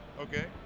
okay